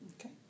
okay